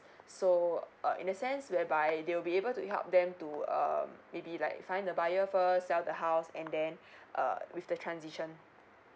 so uh in the sense whereby they will be able to help them to um maybe like find the buyer first sell the house and then uh with the transition